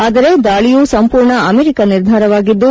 ಆದರೆ ದಾಳಿಯು ಸಂಪೂರ್ಣ ಅಮೆರಿಕ ನಿರ್ಧಾರವಾಗಿದ್ದು